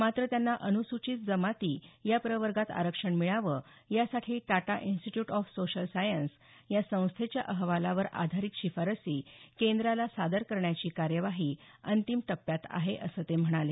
मात्र त्यांना अनुसूचित जमाती या प्रवर्गात आरक्षण मिळावे यासाठी Tata institute of social science या संस्थेच्या अहवालावर आधारित शिफारसी केंद्राला सादर करण्याची कार्यवाही अंतिम टप्प्यात आहे असं ते म्हणाले